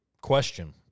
question